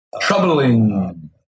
troubling